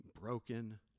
broken